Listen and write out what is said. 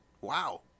Wow